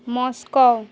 Moscow